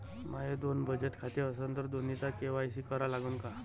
माये दोन बचत खाते असन तर दोन्हीचा के.वाय.सी करा लागन का?